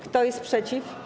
Kto jest przeciw?